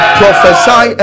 prophesy